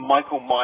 Michael